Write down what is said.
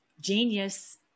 genius